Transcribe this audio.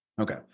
Okay